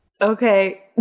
Okay